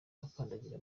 akandagira